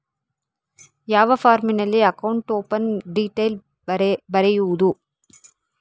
ಯಾವ ಫಾರ್ಮಿನಲ್ಲಿ account open detail ಬರೆಯುವುದು?